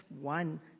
one